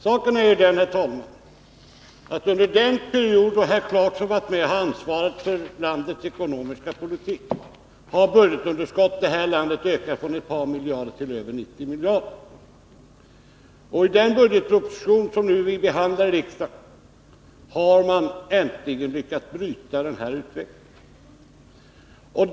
Saken är ju den, herr talman, att budgetunderskottet under den period då herr Clarkson delade ansvaret för landets ekonomiska politik ökade i detta land från ett par miljarder till över 90 miljarder. I den budgetproposition som vi nu behandlar i riksdagen har denna utveckling äntligen brutits.